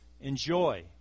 enjoy